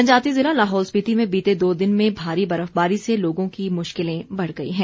जनजातीय जिला लाहौल स्पिति में बीते दो दिन में भारी बर्फबारी से लोगों की मुश्किलें बढ़ गई हैं